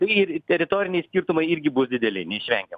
tai ir teritoriniai skirtumai irgi bus dideli neišvengiamai